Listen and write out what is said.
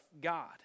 God